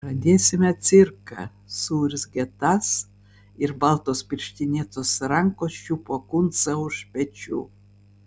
pradėsime cirką suurzgė tas ir baltos pirštinėtos rankos čiupo kuncą už pečių